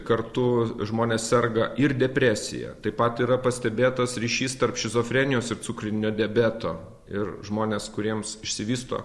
kartu žmonės serga ir depresija taip pat yra pastebėtas ryšys tarp šizofrenijos ir cukrinio diabeto ir žmonės kuriems išsivysto